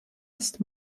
ist